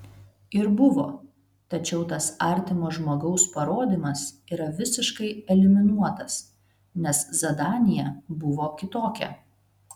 ir buvo tačiau tas artimo žmogaus parodymas yra visiškai eliminuotas nes zadanija buvo kitokia